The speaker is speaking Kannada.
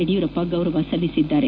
ಯಡಿಯೂರಪ್ಪ ಗೌರವ ಸಲ್ಲಿಸಿದ್ದಾರೆ